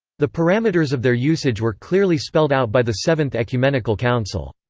the parameters of their usage were clearly spelled out by the seventh ecumenical council.